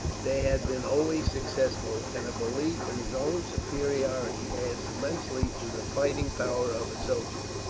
they had been always successful and a belief in his own superiority adds immensely to the fighting power of a soldier.